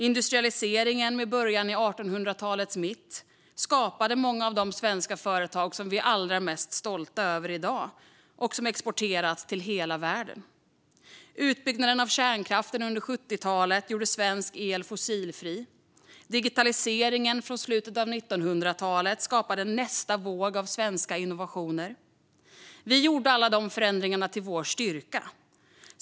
Industrialiseringen med början i 1800-talets mitt skapade många av de svenska företag som vi är allra mest stolta över i dag och som har exporterat till hela världen. Utbyggnaden av kärnkraften under 70-talet gjorde svensk el fossilfri. Digitaliseringen från slutet av 1900-talet skapade nästa våg av svenska innovationer. Vi gjorde alla de förändringarna till vår styrka.